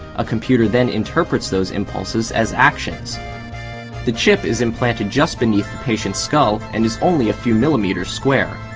a computer then interprets those impulses as actions the chip is implanted just beneath the patient's skull and is only a few millimetres square.